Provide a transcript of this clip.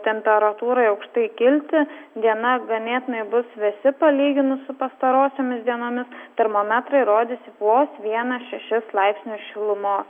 temperatūrai aukštai kilti diena ganėtinai bus vėsi palyginus su pastarosiomis dienomis termometrai rodys vos vieną šešis laipsnius šilumos